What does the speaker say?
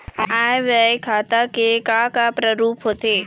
आय व्यय खाता के का का प्रारूप होथे?